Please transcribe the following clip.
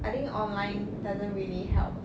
I think online doesn't really help